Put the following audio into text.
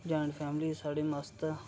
joint family साढ़ी मस्त ऐ